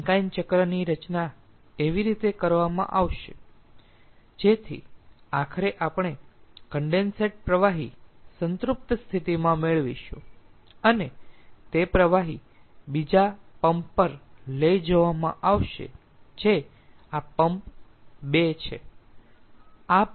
Rankine ચક્રની રચના એવી રીતે કરવામાં આવશે જેથી આખરે આપણે કન્ડેન્સ પ્રવાહી સંતૃપ્ત સ્થિતિમાં મેળવીશું અને તે પ્રવાહી બીજા પંપ પર લઈ જવામાં આવશે જે આ પંપ 2 છે